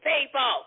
people